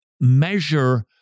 measure